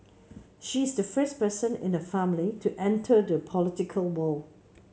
she is the first person in her family to enter the political world